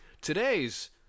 today's